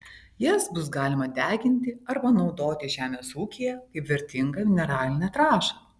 jas bus galima deginti arba naudoti žemės ūkyje kaip vertingą mineralinę trąšą